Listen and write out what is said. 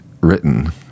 written